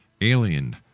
Alien